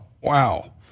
Wow